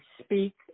Speak